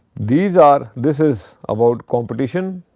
these are this is about competition